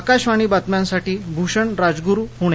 आकाशवाणी बातम्यांसाठी भूषण राजगुरू पुणे